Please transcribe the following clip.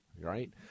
right